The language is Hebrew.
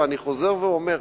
ואני חוזר ואומר,